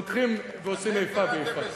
לוקחים ועושים איפה ואיפה.